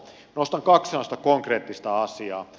nostan kaksi konkreettista asiaa